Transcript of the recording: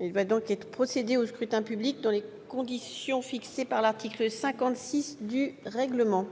Il va être procédé au scrutin dans les conditions fixées par l'article 56 du règlement. Le